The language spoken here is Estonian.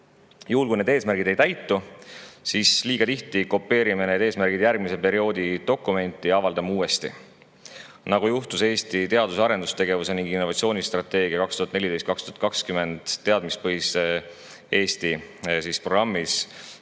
Juhul kui eesmärgid ei täitu, siis liiga tihti kopeerime me need eesmärgid järgmise perioodi dokumenti ja avaldame uuesti, nagu juhtus Eesti teadus- ja arendustegevuse ning innovatsiooni strateegia 2014–2020 "Teadmispõhine Eesti" programmiga.